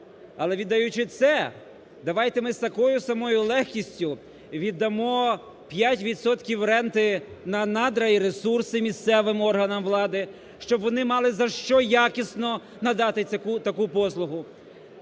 Але, віддаючи це, давайте ми з такою самою легкістю віддамо 5 відсотків ренти на надра і ресурси місцевим органам влади, щоб вони мали за що якісно надати таку послугу.